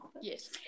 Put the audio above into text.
Yes